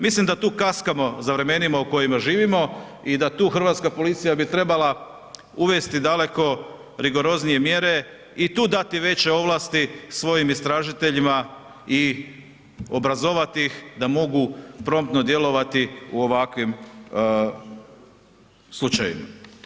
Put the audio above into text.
Mislim da tu kaskamo za vremenima u kojima živimo i da tu hrvatska policija bi trebala uvesti daleko rigoroznije mjere i tu dati veće ovlasti svojim istražiteljima i obrazovati ih da mogu promptno djelovati u ovakvim slučajevima.